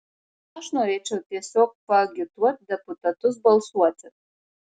aš norėčiau tiesiog paagituot deputatus balsuoti